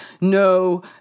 no